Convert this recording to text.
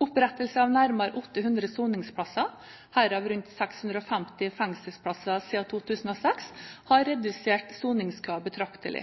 Opprettelse av nærmere 800 soningsplasser, herav rundt 650 fengselsplasser, siden 2006, har redusert soningskøen betraktelig.